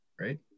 right